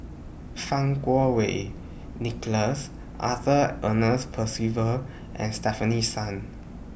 Fang Kuo Wei Nicholas Arthur Ernest Percival and Stefanie Sun